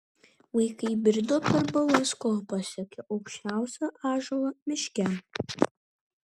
vaikai brido per balas kol pasiekė aukščiausią ąžuolą miške